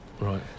Right